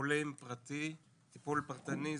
טיפולים פרטיים, טיפול פרטי זוגי,